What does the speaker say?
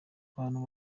abantu